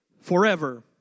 forever